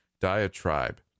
diatribe